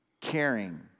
caring